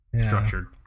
structured